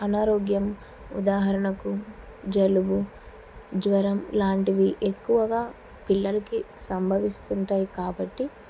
అనారోగ్యం ఉదాహరణకు జలుబు జ్వరం లాంటివి ఎక్కువగా పిల్లలకి సంభవిస్తుంటాయి కాబట్టి